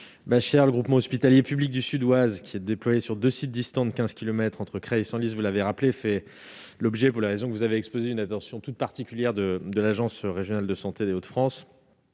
le Groupement hospitalier public du Sud-Ouest qui est déployée sur 2 sites distants de 15 kilomètres entre Creil et Senlis, vous l'avez rappelé fait l'objet, pour la raison que vous avez exposé une attention toute particulière de de l'Agence Régionale de Santé des Hauts-de-France